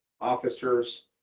officers